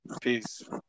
Peace